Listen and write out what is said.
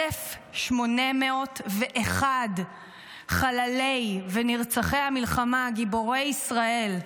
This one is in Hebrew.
1,801 חללי ונרצחי המלחמה, גיבורי ישראל,